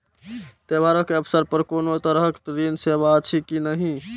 त्योहार के अवसर पर कोनो तरहक ऋण सेवा अछि कि नहिं?